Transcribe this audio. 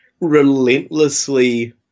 relentlessly